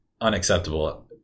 unacceptable